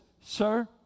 sir